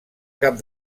cap